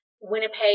Winnipeg